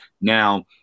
Now